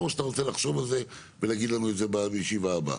או שאתה רוצה לחשוב על זה ולהגיד לנו את זה בישיבה הבאה?